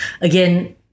again